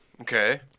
Okay